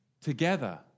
Together